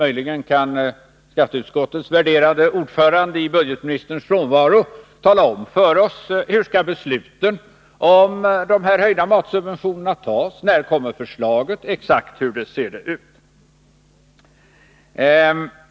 Möjligen kan skatteutskottets värderade ordförande i budgetministerns frånvaro tala om för oss hur besluten om dessa höjda matsubventioner skall fattas, när förslagen kommer och hur de exakt ser ut.